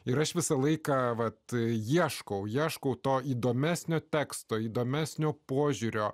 ir aš visą laiką vat ieškau ieškau to įdomesnio teksto įdomesnio požiūrio